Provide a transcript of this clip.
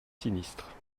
sinistre